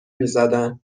میزدن